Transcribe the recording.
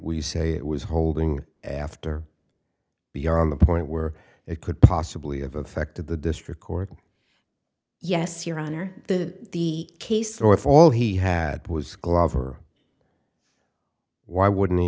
we say it was holding after beyond the point where it could possibly have affected the district court yes your honor the the case though if all he had was glover why wouldn't he